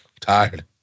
tired